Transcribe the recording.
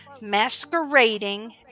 masquerading